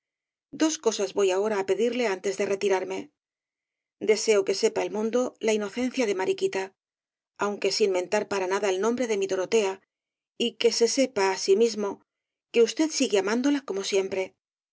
dos cosas voy ahora á pedirle antes de retirarme deseo que sepa el mundo la inocencia de mariquita aunque sin mentar para nada el nombre de mi dorotea y que se sepa asimismo que usted sigue amándola como siempre